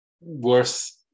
worth